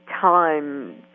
time